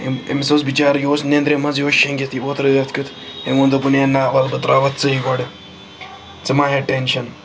أمۍ أمِس اوس بِچارٕ یہِ اوس نینٛدرِ منٛز یہِ اوس شیٚنٛگِتھ یہِ ووت رٲتھ کیُت أمۍ ووٚن دوٚپُن ہے نَہ وَلہٕ بہٕ ترٛاوَکھ ژٕے گۄڈٕ ژٕ ما ہے ٹٮ۪نشَن